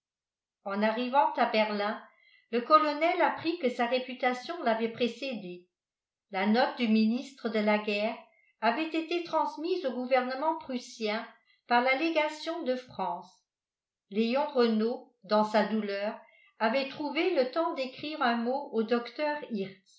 en arrivant à berlin le colonel apprit que sa réputation l'avait précédé la note du ministre de la guerre avait été transmise au gouvernement prussien par la légation de france léon renault dans sa douleur avait trouvé le temps d'écrire un mot au docteur